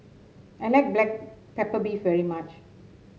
I like Black Pepper Beef very much